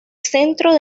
centro